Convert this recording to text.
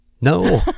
No